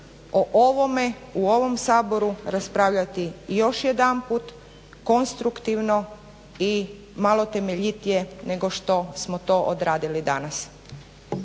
o ovome u ovom Saboru raspravljati još jedanput konstruktivno i malo temeljitije nego što smo to odradili danas.